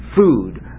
food